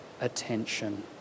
attention